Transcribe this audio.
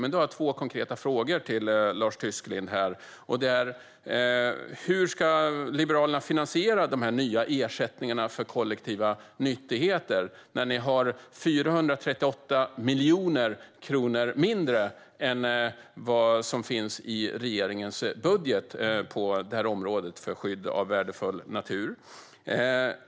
Jag har dock två konkreta frågor till Lars Tysklind: Hur ska Liberalerna finansiera dessa nya ersättningar för kollektiva nyttigheter när ni har 438 miljoner kronor mindre i ert budgetförslag än vad regeringen har i sin budget till skydd av värdefull natur?